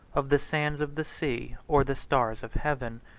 of the sands of the sea, or the stars of heaven,